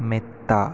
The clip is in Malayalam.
മെത്ത